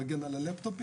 שזה המגן על הלפטופים,